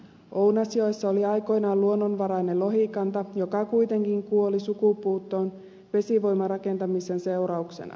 ounasjoessa oli aikoinaan luonnonvarainen lohikanta joka kuitenkin kuoli sukupuuttoon vesivoimarakentamisen seurauksena